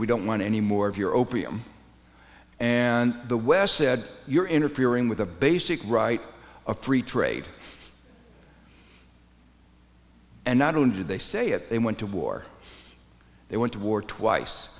we don't want any more of your opium and the west said you're interfering with a basic right of free trade and not only did they say it they went to war they went to war twice